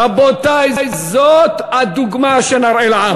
רבותי, זאת הדוגמה שנראה לעם.